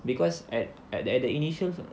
because at at the at the initials